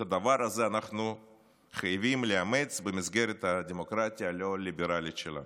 את הדבר הזה אנחנו חייבים לאמץ במסגרת הדמוקרטיה הלא-ליברלית שלנו.